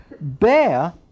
Bear